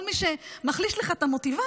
כל מי שמחליש לך את המוטיבציה,